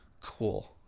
Cool